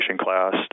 class